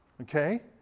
okay